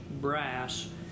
brass